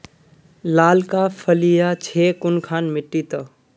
लालका फलिया छै कुनखान मिट्टी त?